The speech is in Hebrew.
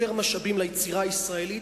יותר משאבים ליצירה הישראלית,